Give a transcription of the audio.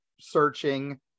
searching